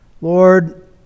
lord